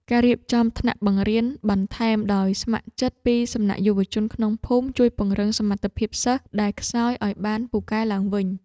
ការរៀបចំថ្នាក់បង្រៀនបន្ថែមដោយស្ម័គ្រចិត្តពីសំណាក់យុវជនក្នុងភូមិ ជួយពង្រឹងសមត្ថភាពសិស្សដែលខ្សោយឱ្យបានពូកែឡើងវិញ។